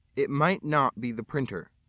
it might not be the printer.